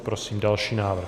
Prosím další návrh.